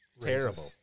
Terrible